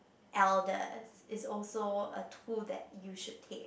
elders is also a tool that you should take